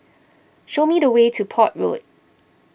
show me the way to Port Road